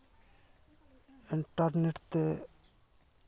internet ᱛᱮ